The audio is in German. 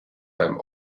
beim